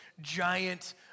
giant